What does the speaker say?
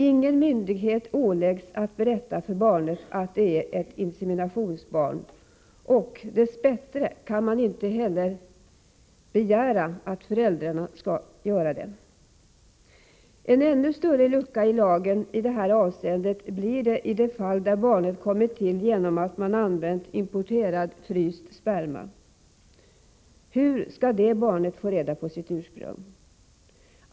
Ingen myndighet åläggs att berätta för barnet att det är ett inseminationsbarn, och dess bättre kan man inte heller begära att föräldrarna skall göra det. En ännu större lucka i lagen i detta avseende blir det i de fall där barnet kommit till genom att det använts importerad fryst sperma. Hur skall det barnet få reda på sitt ursprung?